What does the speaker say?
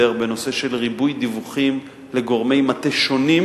בנושא של ריבוי דיווחים לגורמי מטה שונים,